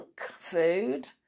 food